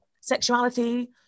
sexuality